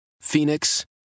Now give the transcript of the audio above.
Phoenix